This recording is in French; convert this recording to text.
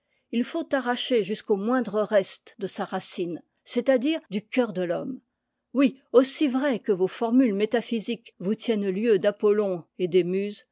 il faut arracher jusqu'aux moindres restes de sa racine c'est-à-dire du cœur de l'homme oui aussi vrai que vos formules métaphysiques vous tiennent lieu d'apolion et des muses